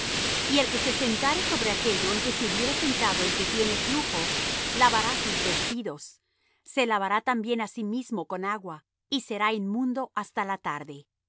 y el que se sentare sobre aquello en que se hubiere sentado el que tiene flujo lavará sus vestidos se lavará también á sí mismo con agua y será inmundo hasta la tarde